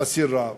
אסיר רעב.